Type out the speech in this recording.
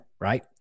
Right